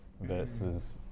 versus